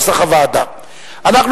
65 בעד נוסח הוועדה לסעיף 13, 37 נגד.